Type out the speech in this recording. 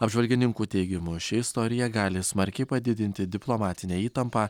apžvalgininkų teigimu ši istorija gali smarkiai padidinti diplomatinę įtampą